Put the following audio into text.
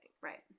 Right